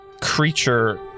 creature